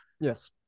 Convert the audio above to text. Yes